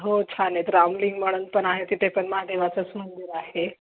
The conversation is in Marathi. हो छान आहेत रामलिंग म्हणून पण आहे तिथे पण महादेवाचंच मंदिर आहे